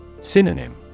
Synonym